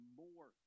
more